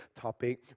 topic